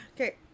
Okay